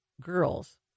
girls